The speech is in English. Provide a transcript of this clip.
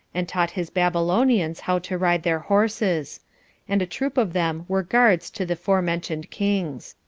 and taught his babylonians how to ride their horses and a troop of them were guards to the forementioned kings.